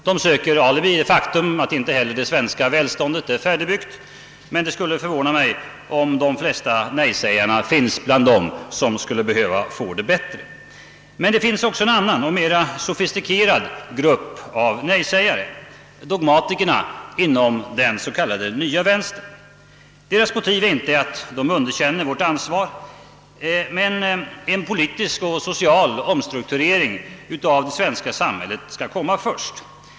De söker ett alibi i det faktum att inte heller det svenska välståndet är färdigbyggt, men det skulle förvåna mig, om de flesta nejsägarna finns bland dem som skuile behöva få det bättre. Men det finns också en annan och mera sofistikerad grupp av nej-sägare; dogmatikerna inom den s.k. nya vänstern. Deras motiv är inte att de underkänner vårt ansvar. Men en politisk och social omstrukturering av det svenska samhället skall komma först.